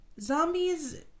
zombies